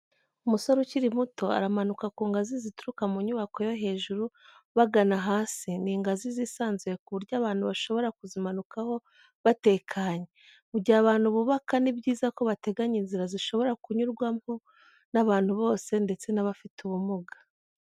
Umusore ukiri muto aramanuka ku ngazi zituruka mu nyubako yo hejuru bagana hasi, ni ingazi zisanzuye ku buryo abantu bashobora kuzimanukaho batekanye. Mu gihe abantu bubaka ni byiza ko bateganya inzira zishobora kunyurwaho n'abantu bose ndetse n'abafite ubumuga.